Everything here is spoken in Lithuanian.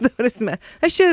ta prasme aš čia